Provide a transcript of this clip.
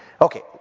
Okay